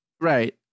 Right